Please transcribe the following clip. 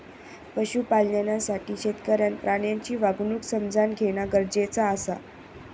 पशु कल्याणासाठी शेतकऱ्याक प्राण्यांची वागणूक समझान घेणा गरजेचा आसा